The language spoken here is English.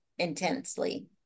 Intensely